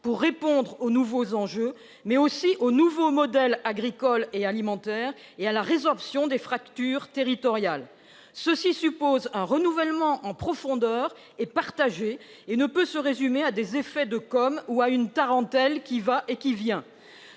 pour répondre aux nouveaux enjeux, définir un nouveau modèle agricole et alimentaire et résorber les fractures territoriales. Cela suppose un renouvellement en profondeur et partagé, qui ne peut se résumer à des effets de com'ou à une tarentelle qui va et qui vient.